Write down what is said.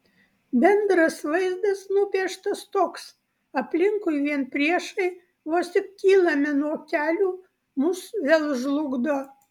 bendras vaizdas nupieštas toks aplinkui vien priešai vos tik kylame nuo kelių mus vėl žlugdo